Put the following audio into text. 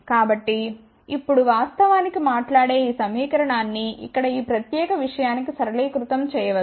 కాబట్టి ఇప్పుడు వాస్తవానికి మాట్లాడే ఈ సమీకరణాన్ని ఇక్కడ ఈ ప్రత్యేక విషయానికి సరళీకృతం చేయవచ్చు